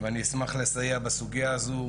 ואני אשמח לסייע בסוגיה הזו,